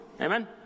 Amen